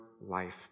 life